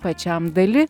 pačiam dali